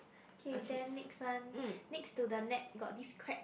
K then next one next to the net got this crab